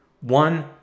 one